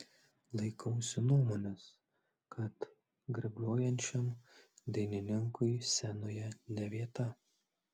laikausi nuomonės kad grebluojančiam dainininkui scenoje ne vieta